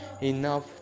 enough